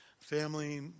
Family